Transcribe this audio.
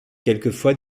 quelquefois